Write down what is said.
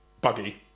buggy